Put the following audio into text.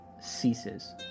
ceases